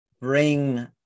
bring